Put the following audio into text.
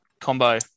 combo